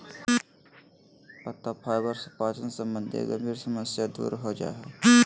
पत्ता फाइबर से पाचन संबंधी गंभीर समस्या दूर हो जा हइ